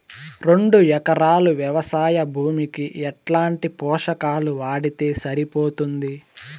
రెండు ఎకరాలు వ్వవసాయ భూమికి ఎట్లాంటి పోషకాలు వాడితే సరిపోతుంది?